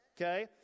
okay